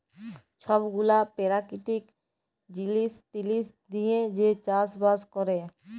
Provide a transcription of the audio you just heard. ছব গুলা পেরাকিতিক জিলিস টিলিস দিঁয়ে যে চাষ বাস ক্যরে